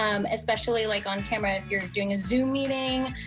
um especially like on camera if you are doing a zoom meeting.